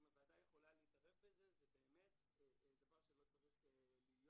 אם הוועדה יכולה להתערב בזה זה באמת דבר שלא צריך להיות.